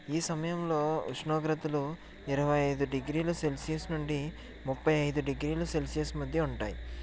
ఈ సమయంలో ఉష్ణోగ్రతలు ఇరవై ఐదు డిగ్రీల సెల్సియస్ నుండి ముప్పై ఐదు డిగ్రీల సెల్సియస్ మధ్య ఉంటాయి